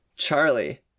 Charlie